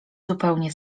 zupełnie